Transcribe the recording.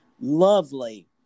lovely